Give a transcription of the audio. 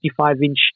55-inch